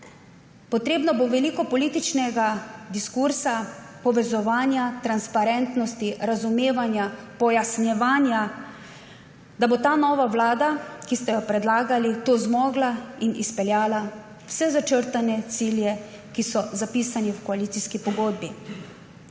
Potrebno bo veliko političnega diskurza, povezovanja, transparentnosti, razumevanja, pojasnjevanja, da bo ta nova vlada, ki ste jo predlagali, to zmogla in izpeljala vse začrtane cilje, ki so zapisani v koalicijski pogodbi.